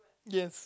yes